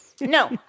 No